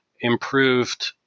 improved